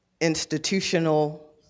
institutional